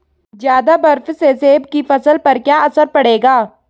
ज़्यादा बर्फ से सेब की फसल पर क्या असर पड़ेगा?